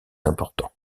importants